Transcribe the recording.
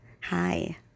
Hi